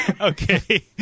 Okay